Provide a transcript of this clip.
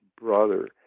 brother